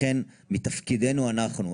לכן, מתפקידנו אנחנו.